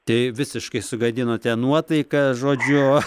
tai visiškai sugadinote nuotaiką žodžiu